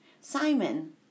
Simon